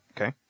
Okay